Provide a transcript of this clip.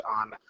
on